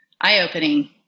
eye-opening